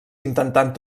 intentant